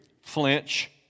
flinch